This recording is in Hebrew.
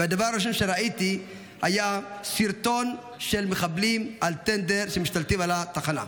והדבר הראשון שראיתי היה סרטון של מחבלים על טנדר משתלטים על התחנה.